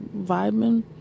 vibing